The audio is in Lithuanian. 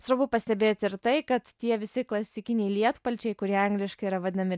svarbu pastebėti ir tai kad tie visi klasikiniai lietpalčiai kurie angliškai yra vadinami